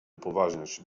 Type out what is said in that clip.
upoważniać